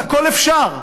והכול אפשר.